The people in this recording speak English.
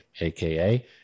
aka